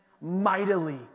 mightily